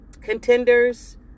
contenders